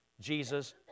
Jesus